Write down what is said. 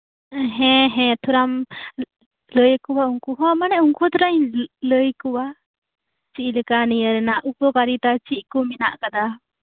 ᱦᱮᱸ ᱦᱮᱸ ᱛᱷᱚᱲᱟᱢ ᱞᱟᱹᱭ ᱟᱠᱩᱣᱟ ᱩᱱᱠᱩ ᱦᱚᱸ ᱢᱟᱱᱮ ᱩᱱᱠᱩ ᱦᱚᱸ ᱛᱷᱚᱲᱟᱧ ᱞᱟᱹᱭ ᱟᱠᱩᱣᱟ ᱪᱮᱫ ᱞᱮᱠᱟ ᱱᱚᱣᱟ ᱨᱮᱱᱟᱜ ᱩᱯᱚᱠᱟᱨᱤᱛᱟ ᱪᱮᱫᱠᱩ ᱢᱮᱱᱟᱜ ᱟᱠᱟᱫᱟ